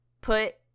put